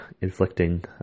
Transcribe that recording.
inflicting